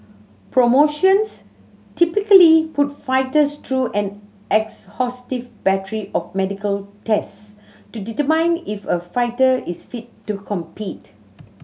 promotions typically put fighters through an exhaustive battery of medical tests to determine if a fighter is fit to compete